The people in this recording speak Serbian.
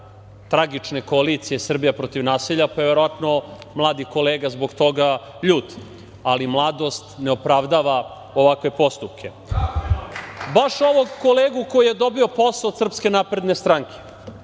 tragične koalicije Srbija protiv nasilja, pa je verovatno mladi kolega zbog toga ljut, ali mladost ne opravdava ovakve postupke. Baš ovog kolegu koji je dobio posao od SNS. Ovog kolegu